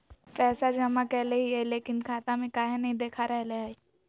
पैसा जमा कैले हिअई, लेकिन खाता में काहे नई देखा रहले हई?